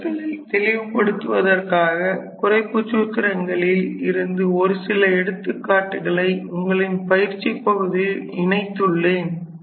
கருத்துக்களை தெளிவுபடுத்துவதற்காக குறைப்புச் சூத்திரங்களில் இருந்து ஒரு சில எடுத்துக்காட்டுகளை உங்களின் பயிற்சி பகுதியில் இணைத்துள்ளேன்